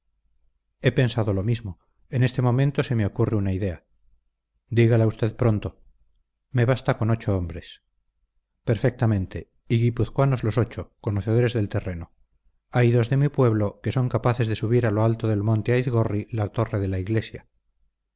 he pensado lo mismo en este momento se me ocurre una idea dígala usted pronto me basta con ocho hombres perfectamente y guipuzcoanos los ocho conocedores del terreno hay dos de mi pueblo que son capaces de subir a lo alto del monte aizgorri la torre de la iglesia